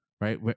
right